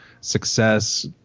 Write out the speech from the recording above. success